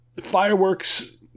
fireworks